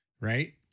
right